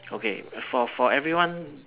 okay for for everyone